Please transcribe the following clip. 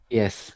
Yes